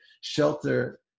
shelter